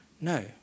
No